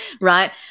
Right